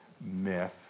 myth